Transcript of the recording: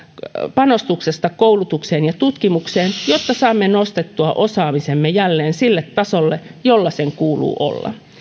panostuksesta koulutukseen ja tutkimukseen jotta saamme nostettua osaamisemme jälleen sille tasolle jolla sen kuuluu olla